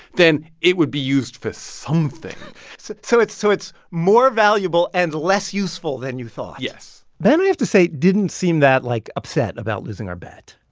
then it would be used for something so so so it's more valuable and less useful than you thought yes ben, i have to say, didn't seem that, like, upset about losing our bet.